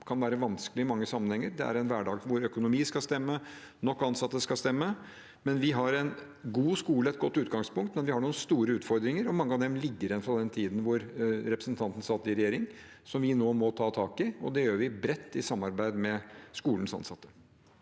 som kan være vanskelige i mange sammenhenger. Det er en hverdag hvor økonomien skal stemme, og hvor antallet ansatte skal stemme. Vi har en god skole og et godt utgangspunkt, men vi har noen store utfordringer, og mange av dem ligger igjen fra tiden da representanten Melby satt i regjering. De må vi nå ta tak i, og det gjør vi bredt i samarbeid med skolens ansatte.